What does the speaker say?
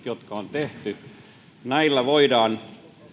jotka on tehty voidaan